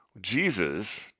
Jesus